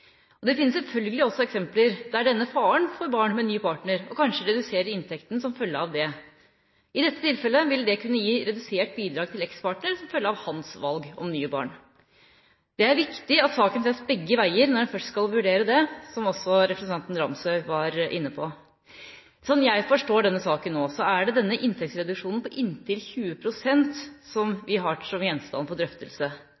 barn. Det finnes selvfølgelig også eksempler der denne faren får barn med ny partner, og kanskje reduserer inntekten som følge av det. I dette tilfellet ville det kunne gi redusert bidrag til ekspartner som følge av hans valg om nye barn. Det er viktig at saken ses på fra begge sider når en først skal vurdere dette, som også representanten Nilsson Ramsøy var inne på. Slik jeg forstår denne saken nå, er det inntektsreduksjonen på inntil